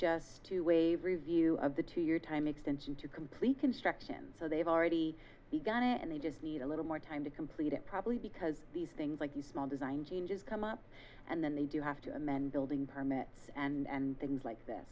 just to a review of the two year time extension to complete construction so they've already begun it and they just need a little more time to complete it probably because these things like you small design changes come up and then they do you have to amend building permits and things like that